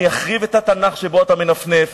אני אחריב את התנ"ך שבו אתה מנפנף.